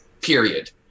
period